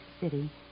city